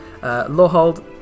Lawhold